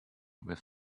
with